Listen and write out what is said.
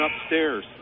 upstairs